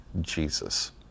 Jesus